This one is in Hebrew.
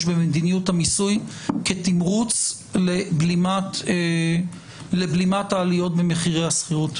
במדיניות המיסוי כתמרוץ לבלימת העליות במחירי השכירות.